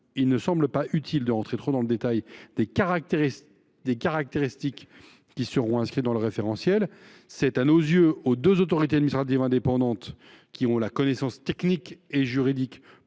il ne semble pas utile d’entrer trop dans le détail des caractéristiques qui seront inscrites dans le référentiel. Selon nous, c’est aux deux autorités administratives indépendantes, qui ont la compétence technique et juridique